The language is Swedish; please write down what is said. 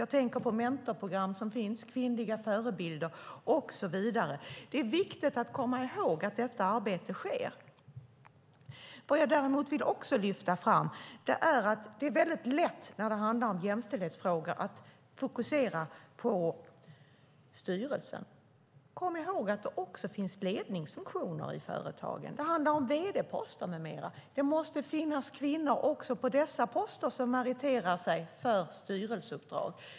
Jag tänker på mentorprogram, kvinnliga förebilder och så vidare. Det är viktigt att komma ihåg att detta arbete sker. Vad jag också vill lyfta fram är att det är väldigt lätt att fokusera på styrelsen när det handlar om jämställdhetsfrågor. Men kom ihåg att det också finns ledningsfunktioner i företagen! Det handlar om vd-poster med mera. Det måste på dessa poster finnas kvinnor som meriterar sig för styrelseuppdrag.